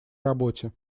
работе